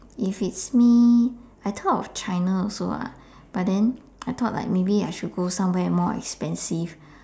if it's me I thought of China also lah but then I thought like maybe I should go somewhere more expensive